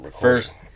first